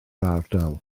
ardal